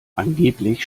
angeblich